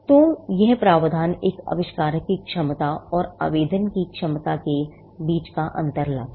तो यह प्रावधान एक आविष्कारक की क्षमता और एक आवेदक की क्षमता के बीच का अंतर लाता है